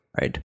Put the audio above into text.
right